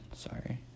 Sorry